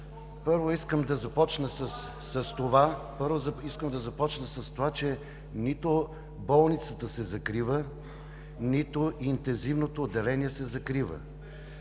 Първо, искам да започна с това, че нито болницата се закрива, нито интензивното отделение се закрива